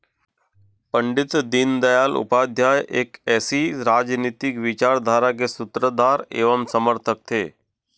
पण्डित दीनदयाल उपाध्याय एक ऐसी राजनीतिक विचारधारा के सूत्रधार एवं समर्थक थे